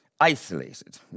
isolated